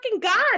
God